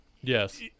Yes